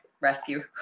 rescue